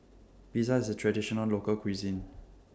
Pizza IS A Traditional Local Cuisine